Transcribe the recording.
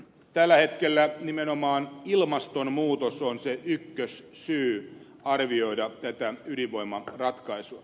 tällä hetkellä nimenomaan ilmastonmuutos on se ykkössyy arvioida tätä ydinvoimaratkaisua